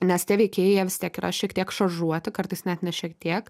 nes tie veikėjai jie vis tiek yra šiek tiek šaržuoti kartais net ne šiek tiek